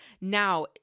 Now